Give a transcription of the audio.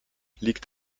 liegt